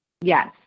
Yes